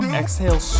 exhale